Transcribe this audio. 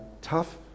tough